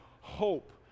hope